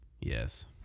yes